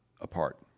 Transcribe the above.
apart